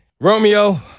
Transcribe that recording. Romeo